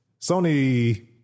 Sony